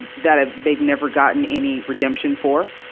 and that have, they never gotten any redemption for.